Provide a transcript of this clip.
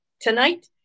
Tonight